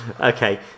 Okay